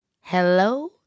Hello